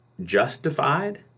justified